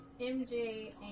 MJ